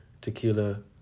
tequila